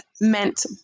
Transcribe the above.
meant